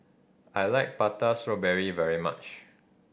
I like Prata Strawberry very much